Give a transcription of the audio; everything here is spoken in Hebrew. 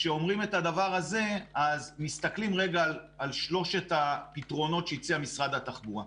כשאומרים את הדבר הזה ומסתכלים על שלושת הפתרונות שמציע משרד התחבורה,